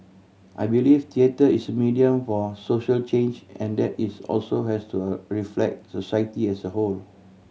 I believe theatre is medium for social change and that it's also has to reflect society as a whole